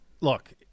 look